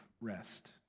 rest